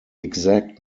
exact